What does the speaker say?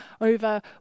over